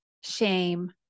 shame